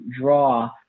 draw